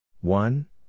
One